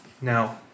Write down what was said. Now